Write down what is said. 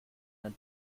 ein